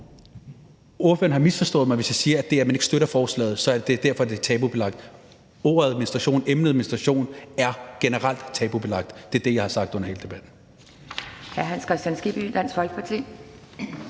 ordføreren har misforstået mig, hvis han mener, jeg siger, at det, at man ikke støtter forslaget, er, fordi det er tabubelagt. Ordet menstruation, emnet menstruation er generelt tabubelagt. Det er det, jeg har sagt under hele debatten.